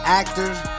actors